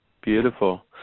Beautiful